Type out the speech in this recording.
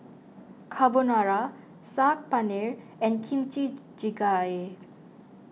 Carbonara Saag Paneer and Kimchi Jjigae